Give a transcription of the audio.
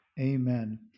Amen